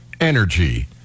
energy